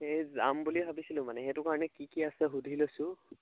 এই যাম বুলিয়ে ভাবিছিলোঁ মানে সেইটো কাৰণে কি কি আছে সুধি লৈছোঁ